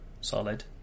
solid